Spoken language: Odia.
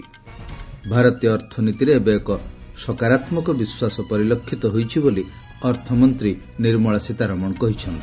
ଭାରତୀୟ ଅର୍ଥନୀତିରେ ଏବେ ଏକ ସକାରାତ୍ମକ ବିଶ୍ୱାସ ପରିଲକ୍ଷିତ ହୋଇଛି ବୋଲି ଅର୍ଥମନ୍ତ୍ରୀ ନିର୍ମଳା ସୀତାରମଣ କହିଛନ୍ତି